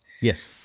Yes